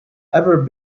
ever